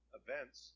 events